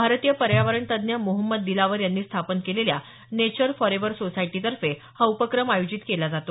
भारतीय पर्यावरणतज्ज्ञ मोहंमद दिलावर यांनी स्थापन केलेल्या नेचर फॉरेव्हर सोसायटीतर्फे हा उपक्रम आयोजित केला जातो